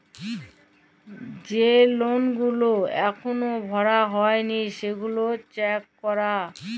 যে লল গুলা এখল ভরা হ্যয় লি সেগলা চ্যাক করা